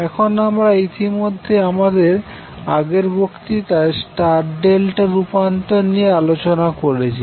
এখন আমরা ইতিমধ্যে আমাদের আগের বক্তৃতায় স্টার ডেল্টা রূপান্তর নিয়ে আলোচনা করেছি